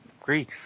agree